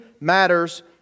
matters